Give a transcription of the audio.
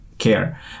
care